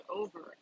over